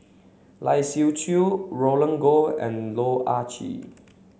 Lai Siu Chiu Roland Goh and Loh Ah Chee